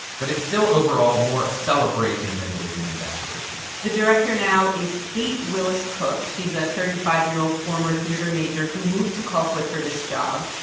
but it's still overall more a celebration than it is an investigation the director now is kate willis cook. she's a thirty five year old former theater major who moved to colquitt for this job.